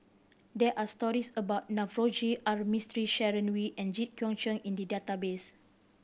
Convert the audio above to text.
there are stories about Navroji R Mistri Sharon Wee and Jit Koon Ch'ng in the database